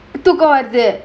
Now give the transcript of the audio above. தூக்கொ வருது:tooka varuthu